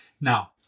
Now